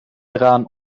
eraan